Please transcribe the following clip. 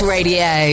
Radio